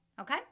Okay